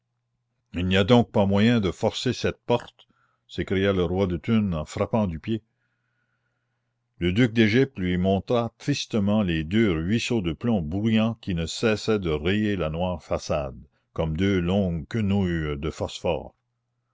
il n'y a donc pas moyen de forcer cette porte s'écria le roi de thunes en frappant du pied le duc d'égypte lui montra tristement les deux ruisseaux de plomb bouillant qui ne cessaient de rayer la noire façade comme deux longues quenouilles de phosphore